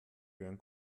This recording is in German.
werden